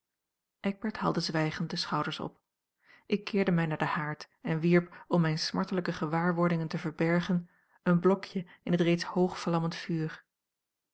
eckbert haalde zwijgend de schouders op ik keerde mij naar de haard en wierp om mijne smartelijke gewaarwordingen te verbergen een blokje in het reeds hoog vlammend vuur